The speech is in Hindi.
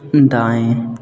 दाएँ